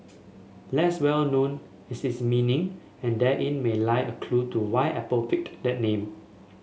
less well known is its meaning and therein may lie a clue to why Apple picked that name